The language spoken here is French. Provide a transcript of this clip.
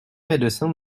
médecins